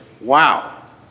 wow